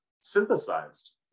synthesized